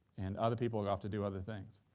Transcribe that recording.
and other people are off to do other things.